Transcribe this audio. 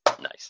Nice